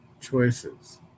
choices